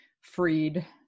freed